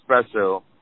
special